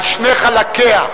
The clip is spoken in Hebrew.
על שני חלקיה,